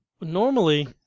normally